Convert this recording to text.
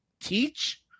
Teach